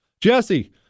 Jesse